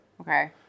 Okay